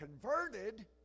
converted